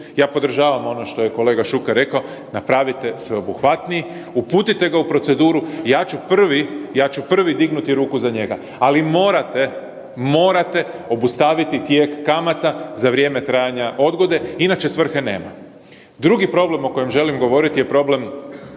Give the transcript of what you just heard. ja podržavam ono što je kolega Šuker rekao, napravite sveobuhvatni, uputite ga u proceduru, ja ću prvi, ja ću prvi dignuti ruku za njega, ali morate, morate obustaviti tijek kamata za vrijeme trajanja odgode, inače svrhe nema. Drugi problem o kojem želim govoriti je problem